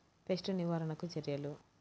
Pest నివారణకు చర్యలు?